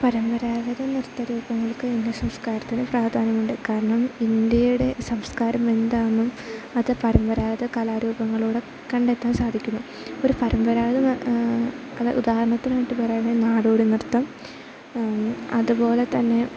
പരമ്പരാഗത നൃത്ത രൂപങ്ങൾക്ക് ഇന്ത്യൻ സംസ്കാരത്തിന് പ്രാധാന്യമുണ്ട് കാരണം ഇന്ത്യയുടെ സംസ്കാരം എന്താണെന്നും അത് പരമ്പരാഗത കലാരൂപങ്ങളിലൂടെ കണ്ടെത്താൻ സാധിക്കുന്നു ഒരു പരമ്പരാഗത അത് ഉദാഹരണത്തിനായിട്ട് പറയണത് നാടോടി നൃത്തം അതുപോലെ തന്നെ